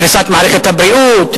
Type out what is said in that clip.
קריסת מערכת הבריאות,